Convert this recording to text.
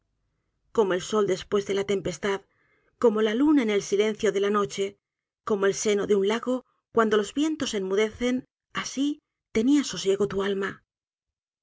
cómo el sol después de la tempestad como ja luna en el silencio de la noche como el seno de un lago cuando los vientos enmudecen asi tenia sosiego tu alma